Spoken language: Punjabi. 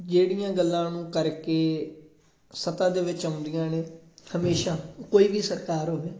ਜਿਹੜੀਆਂ ਗੱਲਾਂ ਨੂੰ ਕਰਕੇ ਸੱਤਾ ਦੇ ਵਿੱਚ ਆਉਂਦੀਆਂ ਨੇ ਹਮੇਸ਼ਾ ਕੋਈ ਵੀ ਸਰਕਾਰ ਹੋਵੇ